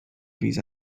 these